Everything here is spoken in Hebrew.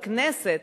בכנסת,